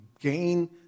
gain